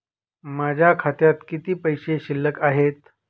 माझ्या खात्यात किती पैसे शिल्लक आहेत?